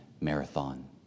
marathon